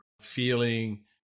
feeling